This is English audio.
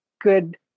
good